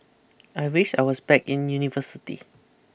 I wish I was back in university